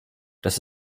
das